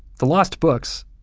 the lost books,